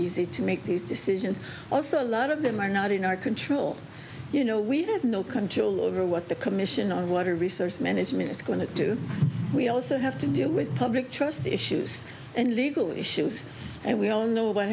easy to make these decisions also a lot of them are not in our control you know we have no control over what the commission on water resource management is going to do we also have to deal with public trust issues and legal issues and we don't know what